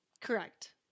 Correct